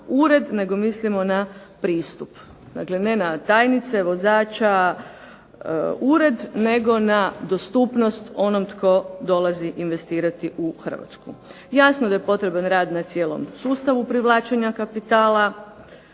ured nego mislim na pristup. Dakle, ne na tajnice, vozača, ured, nego na dostupnost onom tko dolazi investirati u Hrvatsku. Jasno da je potreban rad na cijelom sustavu privlačenja kapitala,